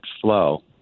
flow